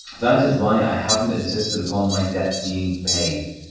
that is why i haven't insisted upon my debt being paid.